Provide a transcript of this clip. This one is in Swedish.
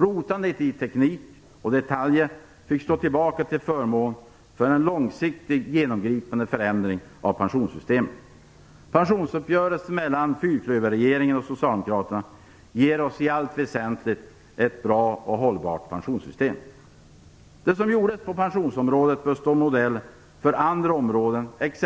Rotandet i teknik och detaljer fick stå tillbaka till förmån för en långsiktigt genomgripande förändring av pensionssystemet. Pensionsuppgörelsen mellan fyrklöverregeringen och socialdemokraterna ger oss i allt väsentligt ett bra och hållbart pensionssystem. Det som gjordes på pensionsområdet bör stå modell för andra områden, t.ex.